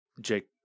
Jake